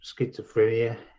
schizophrenia